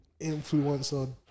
influencer